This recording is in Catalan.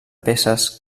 peces